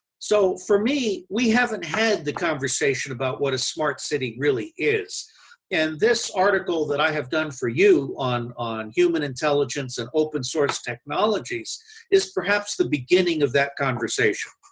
so, for me, we haven't had the conversation about what a smart city really is and this article that i have done for you on on human intelligence and open source technologies is perhaps the beginning of that conversation.